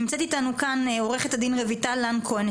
נמצאת איתנו כאן עורכת הדין רויטל לן כהן,